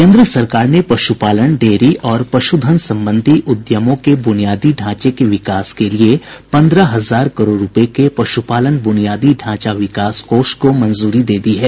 केंद्र सरकार ने पशुपालन डेयरी और पशुधन संबंधी उद्यमों के बुनियादी ढांचे के विकास लिए पंद्रह हजार करोड़ रुपये के पश्पालन बुनियादी ढांचा विकास कोष को मंजूरी दे दी है